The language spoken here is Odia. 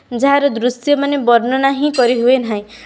ଯାହାର ଦୃଶ୍ୟ ମାନେ ବର୍ଣ୍ଣନା ହିଁ କରିହୁଏ ନାହିଁ